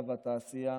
היושב-ראש,